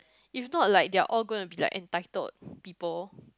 if not like they're all gonna be like entitled people